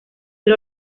del